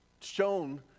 shown